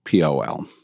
POL